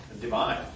divine